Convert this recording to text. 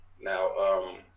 Now